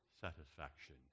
satisfaction